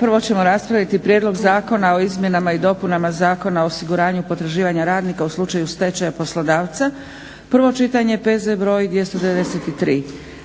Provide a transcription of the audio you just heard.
Prvo ćemo raspraviti 4. Prijedlog Zakona o izmjenama i dopunama Zakona o osiguranju potraživanja radnika u slučaju stečaja poslodavca, prvo čitanje, P.Z. br. 293;